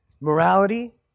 morality